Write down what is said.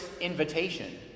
invitation